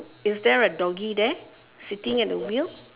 is there a doggy there sitting at the wheel